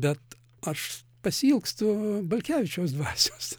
bet aš pasiilgstu balkevičiaus dvasios